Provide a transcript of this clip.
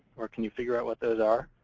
or can you figure out what those are?